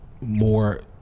more